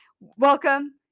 welcome